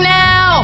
now